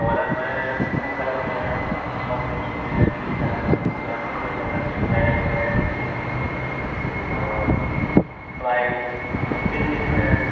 colour میں two colour میں ہے کامبینیشن میں ہے تھری کلر اور two colour single colour black red green blue اور وائٹ اور پرنٹیڈ میں ہے